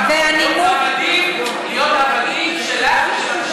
את רוצה שהם יהפכו להיות עבדים שלך ושל,